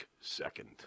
second